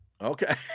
Okay